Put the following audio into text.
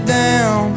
down